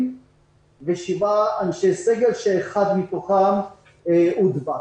ושבעה אנשי סגל כשאחד מתוכם הודבק.